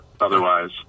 otherwise